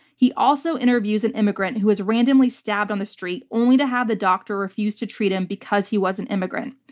he also interviews an immigrant who was randomly stabbed on the street only to have the doctor refuse to treat him because he was an immigrant.